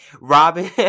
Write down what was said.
Robin